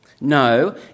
No